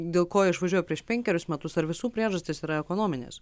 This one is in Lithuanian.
dėl ko išvažiuoja prieš penkerius metus ar visų priežastis yra ekonominės